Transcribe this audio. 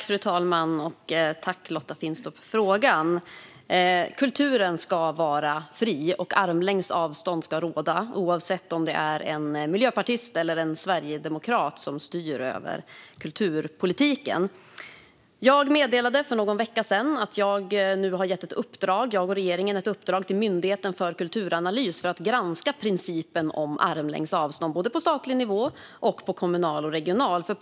Fru talman! Tack, Lotta Finstorp, för frågan! Kulturen ska vara fri, och armlängds avstånd ska råda, oavsett om det är en miljöpartist eller en sverigedemokrat som styr över kulturpolitiken. Jag meddelade för någon vecka sedan att jag och regeringen har gett Myndigheten för kulturanalys i uppdrag att granska principen om armlängds avstånd på såväl statlig som kommunal och regional nivå.